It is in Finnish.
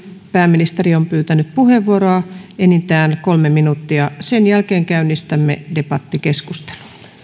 pääministeri on pyytänyt puheenvuoroa enintään kolme minuuttia sen jälkeen käynnistämme debattikeskustelun